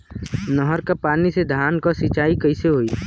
नहर क पानी से धान क सिंचाई कईसे होई?